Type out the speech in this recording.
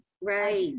Right